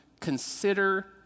consider